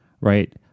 right